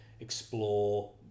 explore